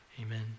amen